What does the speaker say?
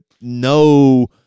no